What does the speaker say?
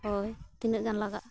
ᱦᱳᱭ ᱛᱤᱱᱟᱹᱜ ᱜᱟᱱ ᱞᱟᱜᱟᱜᱼᱟ